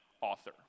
author